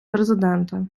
президента